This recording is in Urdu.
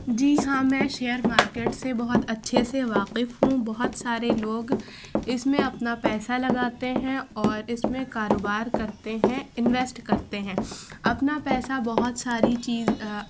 جی ہاں میں شیئر مارکیٹ سے بہت اچھے سے واقف ہوں بہت سارے لوگ اس میں اپنا پیسہ لگاتے ہیں اور اس میں کاروبار کرتے ہیں انویسٹ کرتے ہیں اپنا پیسہ بہت ساری چیز